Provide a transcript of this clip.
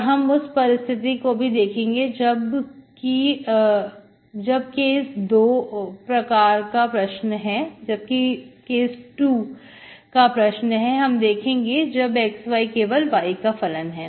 और हम उस परिस्थिति को भी देखेंगे जब के 2 प्रकार का प्रश्न है हम देखेंगे जब xy केवल y का फलन है